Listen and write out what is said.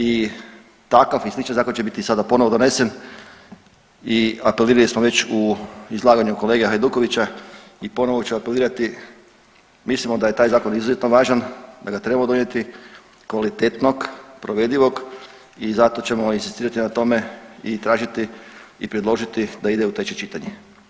I takav i sličan zakon će biti sada ponovo donesen i apelirali smo već u izlaganju kolege Hajdukovića i ponovo ću apelirati, mislimo da je taj zakon izuzetno važan, da ga trebamo donijeti kvalitetnog, provedivog i zato ćemo inzistirati na tome i tražiti i predložiti da ide u treće čitanje.